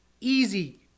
easy